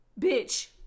bitch